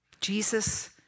Jesus